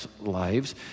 lives